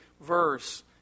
verse